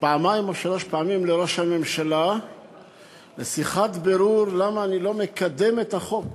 פעמיים או שלוש פעמים לראש הממשלה לשיחת בירור למה אני לא מקדם את החוק.